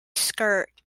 skirt